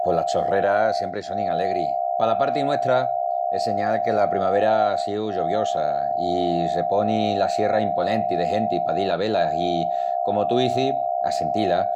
Pos las cholreras siempri sonin alegri. Pala parti nuestra es señal que la primavera á síu lloviosa i se poni la sierra imponenti de genti pa dil a vé-las i, comu tú izis, a sentí-las.